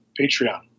Patreon